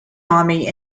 army